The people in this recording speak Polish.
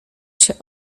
się